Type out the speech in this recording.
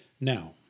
Now